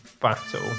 battle